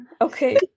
Okay